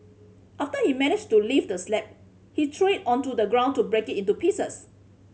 after he managed to lift the slab he threw it onto the ground to break it into pieces